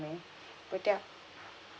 me but ya